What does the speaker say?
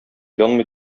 янмый